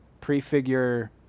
Prefigure